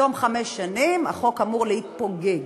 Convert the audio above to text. בתום חמש שנים החוק אמור להתפוגג,